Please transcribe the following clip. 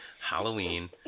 Halloween